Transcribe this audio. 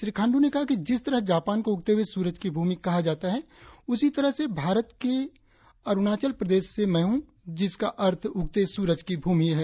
श्री खाण्डू ने कहा कि जिस तरह जापान को उगते हुए सूरज की भूमि कहा जाता है उसी तरह में भारत के अरुणाचल प्रदेश से हुं जिसका अर्थ उगते सूरज की भूमि है